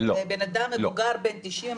אדם מבוגר בן 90,